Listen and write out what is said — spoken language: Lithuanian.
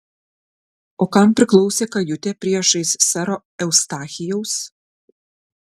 o kam priklausė kajutė priešais sero eustachijaus